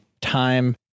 time